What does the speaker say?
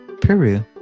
Peru